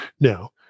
Now